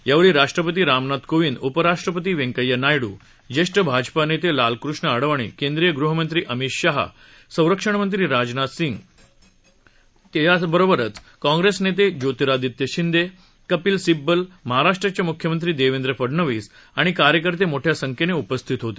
यावेळी राष्ट्रपती रामनाथ कोविंद उपराष्ट्रपती व्यंकय्या नायडू ज्येष्ठ भाजपा नेने लालकृष्ण आडवानी केंद्रीय गृहमंत्री अमित शाह संरक्षण मंत्री राजनाथ सिंग भाजपा कार्याध्यक्ष जे पी नड्डा काँग्रेस नेते ज्योतिरादित्य शिंदे कपील सिब्बल महाराष्ट्राचे मुख्यमंत्री देवेंद्र फडनवीस आणि कार्यकर्ते मोठ्या संख्येनं उपस्थित होते